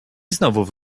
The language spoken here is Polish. znów